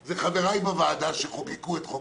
אלה חבריי בוועדה שחוקקו את החוק